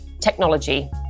Technology